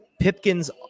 Pipkins